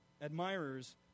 admirers